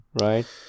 right